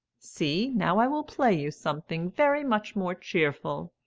see, now, i will play you something very much more cheerful.